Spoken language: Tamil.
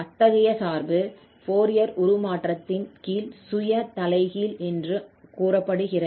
அத்தகைய சார்பு ஃபோரியர் உருமாற்றத்தின் கீழ் சுய தலைகீழ் என்று கூறப்படுகிறது